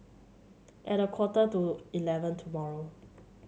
at a quarter to eleven tomorrow